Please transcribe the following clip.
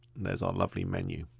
and there's our lovely menu.